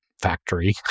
factory